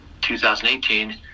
2018